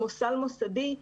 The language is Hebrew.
כמו סל מוסדי,